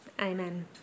Amen